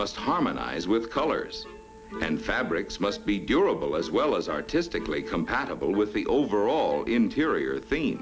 must harmonize with colors and fabrics must be durable as well as artistically compatible with the overall interior theme